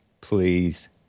Please